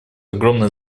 огромное